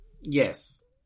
yes